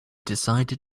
decided